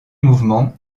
mouvement